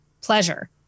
pleasure